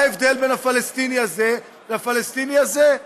מה ההבדל בין הפלסטיני הזה לפלסטיני הזה?